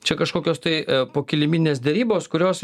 čia kažkokios tai pokiliminės derybos kurios